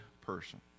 person